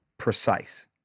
precise